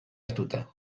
hartuta